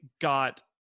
got